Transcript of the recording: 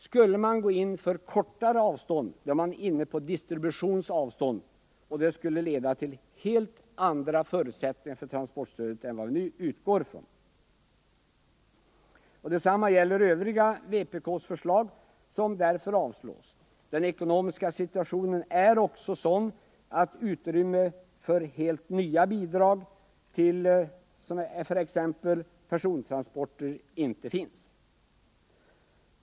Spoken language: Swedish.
Skulle man tillämpa ännu kortare avstånd, kommer man in på distributionsavstånd och det skulle leda till helt andra förutsättningar för transportstödet än vad vi nu utgår ifrån. Detsamma gäller övriga vpk-förslag, som därför avstyrks. Den ekonomiska situationen är också sådan att utrymmet för helt nya bidrag, t.ex. för persontransporter, inte finns.